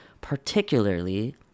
particularly